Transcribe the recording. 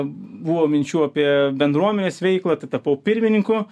buvo minčių apie bendruomenės veiklą tai tapau pirmininku